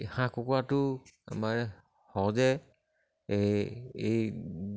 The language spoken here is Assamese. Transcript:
হাঁহ কুকুকুৰাটো আমাৰ সহজে এই এই